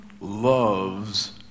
loves